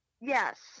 Yes